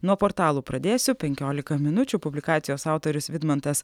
nuo portalų pradėsiu penkiolika minučių publikacijos autorius vidmantas